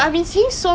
okay okay